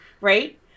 right